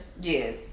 Yes